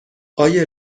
آیا